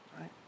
Right